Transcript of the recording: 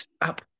up